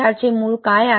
त्याचे मूळ काय आहे